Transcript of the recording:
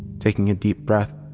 taking a deep breath,